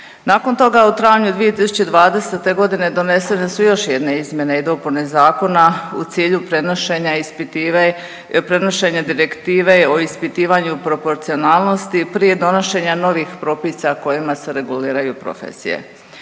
Nakon toga u trajanju 2020.g. donesene su još jedne izmjene i dopune zakona u cilju prenošenja Direktive o ispitivanju proporcionalnosti prije donošenja novih propisa kojima se reguliraju profesije.